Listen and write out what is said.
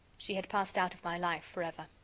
she had passed out of my life forever.